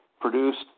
produced